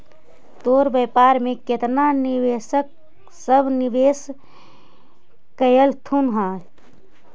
तोर व्यापार में केतना निवेशक सब निवेश कयलथुन हे?